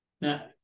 now